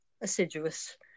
assiduous